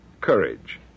courage